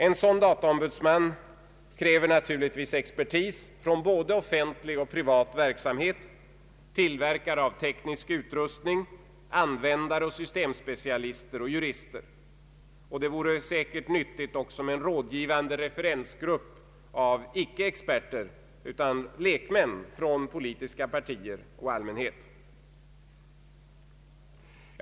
En sådan dataombudsman kräver naturligtvis viss expertis från både offentlig och privat verksamhet, tillverkare av teknisk utrustning, användare, systemspecialister och jurister. Det vore säkert också nyttigt med en rådgivande referensgrupp av icke-experter, lekmän från politiska partier och allmänhet.